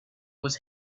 was